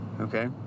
Okay